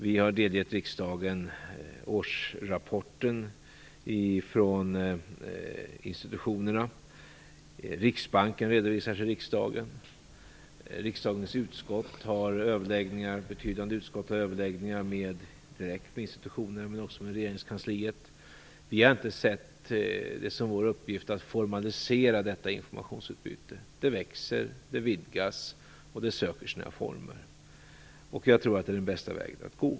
Vi har delgivit riksdagen årsrapporter från institutionerna. Riksbanken redovisar till riksdagen. Riksdagens betydande utskott har överläggningar direkt med institutioner, men också med regeringskansliet. Vi har inte sett det som vår uppgift att formalisera detta informationsutbyte. Det växer, det vidgas och det söker sina former. Jag tror att det är den bästa vägen att gå.